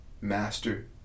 Master